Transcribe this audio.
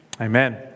Amen